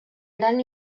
gran